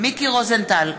מיקי רוזנטל,